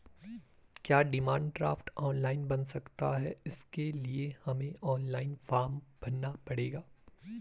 क्या demand draft online बन सकता है इसके लिए हमें ऑनलाइन फॉर्म भरना पड़ेगा?